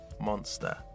Monster